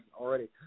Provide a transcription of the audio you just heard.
already